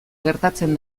gertatzen